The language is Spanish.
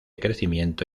crecimiento